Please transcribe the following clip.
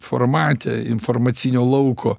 formate informacinio lauko